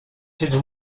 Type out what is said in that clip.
his